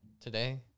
today